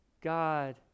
God